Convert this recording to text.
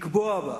לקבוע בה,